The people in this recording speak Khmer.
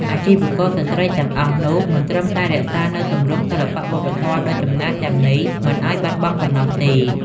អាជីវករស្រ្តីទាំងអស់នោះ មិនត្រឹមតែរក្សានូវទម្រង់សិល្បៈវប្បធម៌ដ៏ចំណាស់ទាំងនេះមិនឱ្យបាត់បង់ប៉ុណ្ណោះទេ។